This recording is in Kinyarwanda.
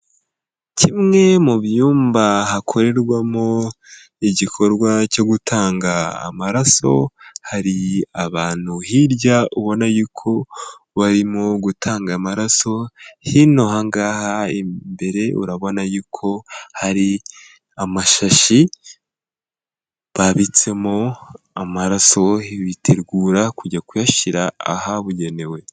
Kimwe mu byumba hakorerwamo igikorwa cyo gutanga amaraso hari abantu hirya ubona y'uko barimo gutanga amaraso, hino aha ngaha imbere urabona yuko hari amashashi babitsemo amaraso bitegura kujya kuyashyira ahabugenewe.